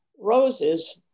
Roses